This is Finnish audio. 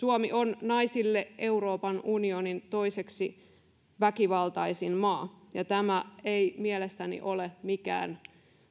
suomi on naisille euroopan unionin toiseksi väkivaltaisin maa ja tämä ei mielestäni ole mikään